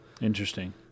Interesting